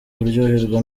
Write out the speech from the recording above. kuryoherwa